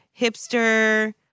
hipster